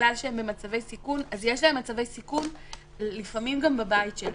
בגלל שהם במצבי סיכון יש להם מצבי סיכון לפעמים גם בבית שלהם.